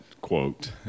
quote